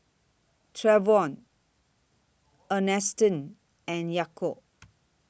Trayvon Earnestine and Yaakov